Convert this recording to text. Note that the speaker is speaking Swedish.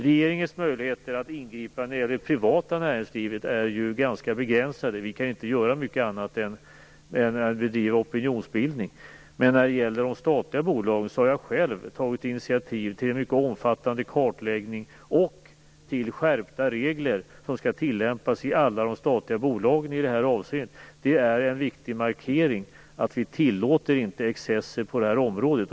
Regeringens möjligheter att ingripa när det gäller det privata näringslivet är ju ganska begränsade. Vi kan inte göra mycket annat än att bedriva opinionsbildning. Men när det gäller de statliga bolagen har jag själv tagit initiativ till en mycket omfattande kartläggning och till skärpta regler som skall tillämpas i alla statliga bolag. Det är en viktig markering att vi inte tillåter excesser på det här området.